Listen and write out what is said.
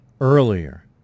earlier